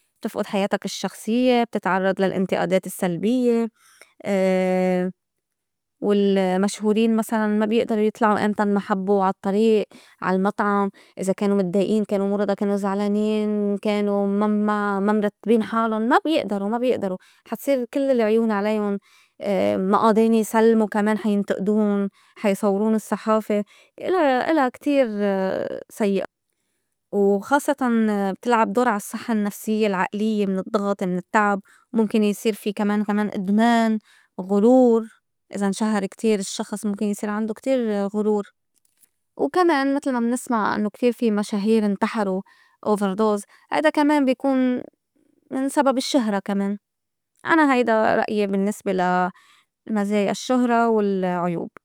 بتفقُد حياتك الشخصيّة، بتتعرّض لإنتقادات السلبيّة، والمشهورين مسلاً ما بيئدرو يطلعو إمتان ما حبوا عالطّريق عال مطعم إذا كانوا متضايقين، كانوا مرضى، كانوا زعلانين، كانوا ما- ما مرتبين حالُن ما- بيئدرو- ما بيئدرو حا تصير كل العيون عليُن ما قادرين يسلموا كمان حا ينتقدون، حا يصورون الصّحافة إلا- إلا كتير سيّئ. وخاصّتاً بتلعب دور عال صحّة النفسيّة، العقليّة، من الضّغط، من التّعب، مُمكن يصير في كمان- كمان إدمان، ،غرور إذا انشهر كتير الشّخص مُمكن يصير عندوا كتير غرور، وكمان متل ما منسمع إنّو كتير في مشاهير انتحروا overdose هيدا كمان بكون من سبب الشّهرة كمان أنا هيدا رأيي بالنّسبة لا مزايا الشُّهرة والعيوب.